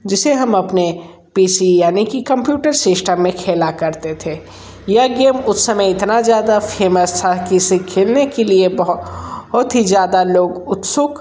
जिसे हम अपने पी सी यानी कि कम्प्यूटर शिस्टम में खेला करते थे यह गेम उस समय इतना ज़्यादा फेमस था कि इसे खेलने के लिए बहुत ही ज़्यादा लोग उत्सुक